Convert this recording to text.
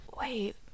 wait